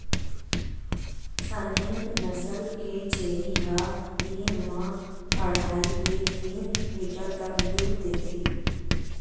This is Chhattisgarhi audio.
सानेन नसल के छेरी ह दिन म अड़हई ले तीन लीटर तक दूद देथे